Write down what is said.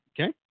Okay